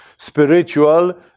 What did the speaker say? spiritual